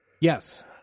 Yes